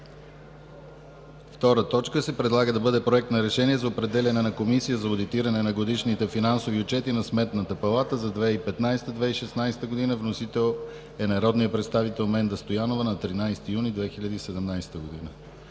съвет на 9 юни 2017 г. 2. Проект на решение за определяне на Комисия за одитиране на годишните финансови отчети на Сметната палата за 2015 – 2016 г. Вносител е народният представител Менда Стоянова на 13 юни 2017 г.